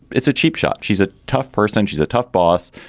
it's a cheap shot she's a tough person. she's a tough boss.